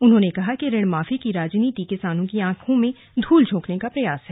उन्होंने कहा कि ऋण माफी की राजनीति किसानों की आंखों में धूल झोंकने का प्रयास है